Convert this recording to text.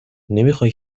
نمیخای